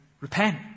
repent